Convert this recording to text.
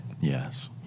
Yes